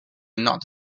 not